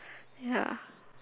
ya